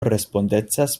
respondecas